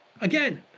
Again